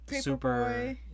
super